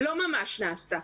לא ממש נעשתה.